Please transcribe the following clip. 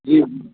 जी